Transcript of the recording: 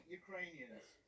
ukrainians